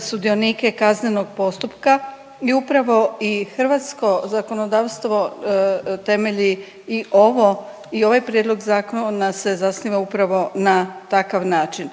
sudionike kaznenog postupka i upravo i hrvatsko zakonodavstvo temelji i ovo, i ovaj prijedlog zakona se zasniva upravo na takav način.